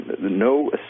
No